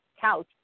Couch